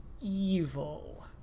evil